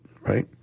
right